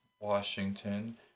Washington